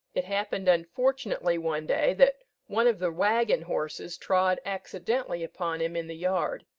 it happened unfortunately one day, that one of the waggon-horses trod accidentally upon him in the yard.